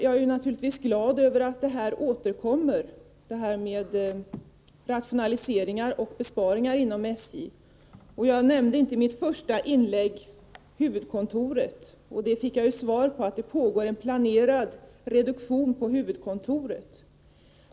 Jag är naturligtvis glad över att detta med rationaliseringar och besparingar inom SJ återkommer. Jag nämnde inte huvudkontoret i mitt första inlägg. Jag fick i svaret besked om att det pågår en planerad reduktion på huvudkontoret.